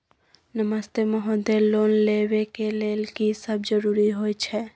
नमस्ते महोदय, लोन लेबै के लेल की सब जरुरी होय छै?